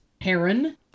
heron